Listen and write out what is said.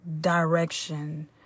direction